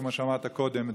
כמו שאמרת קודם,